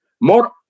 More